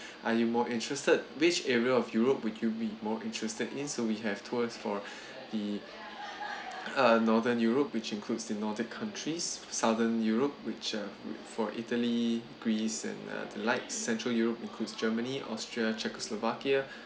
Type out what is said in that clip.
are you more interested which area of europe would you be more interested in so we have tours for the err northern europe which includes the nordic countries southern europe which err for italy greece and err the like central europe includes germany austria czechoslovakia